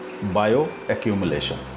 bioaccumulation